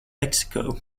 mexico